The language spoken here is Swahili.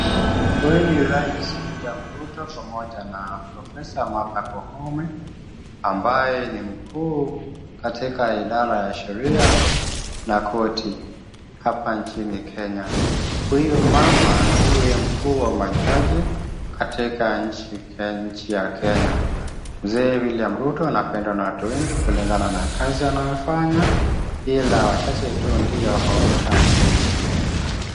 Huyu ni rais William Ruto pamoja na profesa Martha Koome ambaye ni mkuu katika idara ya sheria na koti hapa nchini Kenya. Huyu mama ndiye mkuu wa majaji katika nchi ya Kenya. Mzee William Ruto anapendwa na watu wengi kulingana na kazi anayofanya ila wachache tu ndiye hawamtaki.